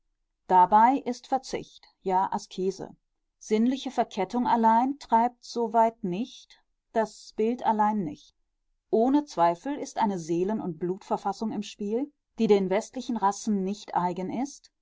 dabei ist verzicht ja askese sinnliche verkettung allein treibt so weit nicht das bild allein nicht ohne zweifel ist eine seelen und blutverfassung im spiel die den westlichen rassen nicht eigen ist